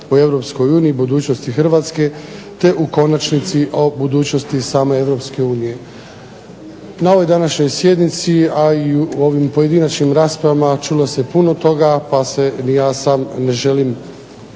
u Europskoj uniji, budućnosti Hrvatske te u konačnici o budućnosti same Europske unije. Na ovoj današnjoj sjednici a i u ovim pojedinačnim raspravama čulo se puno toga pa se ni ja sam ne želim